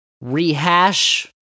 rehash